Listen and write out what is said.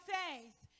faith